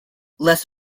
less